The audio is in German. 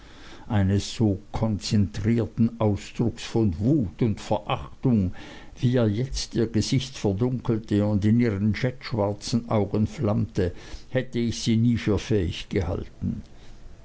eines so konzentrierten ausdrucks von wut und verachtung wie er jetzt ihr gesicht verdunkelte und in ihren jettschwarzen augen flammte hätte ich sie nicht für fähig gehalten